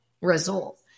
result